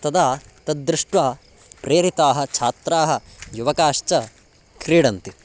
तदा तद्दृष्ट्वा प्रेरिताः छात्राः युवकाश्च क्रीडन्ति